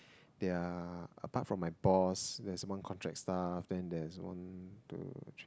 they are apart from my boss there is one contract staff then there is one don't know